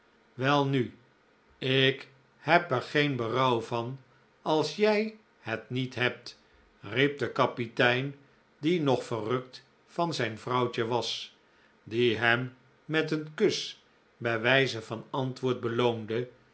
welnu r ik heb er geen berouw van als jij het niet hebt riep de kapitein die nog verrukt van zijn vrouwtje was die hem met een kus bij wijze van antwoord beloonde